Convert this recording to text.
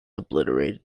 obliterated